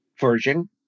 version